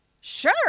sure